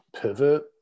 pivot